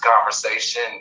conversation